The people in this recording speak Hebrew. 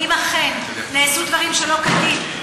ואם אכן נעשו דברים שלא כדין,